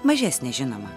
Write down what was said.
mažesnę žinoma